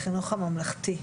לחינוך הממלכתי.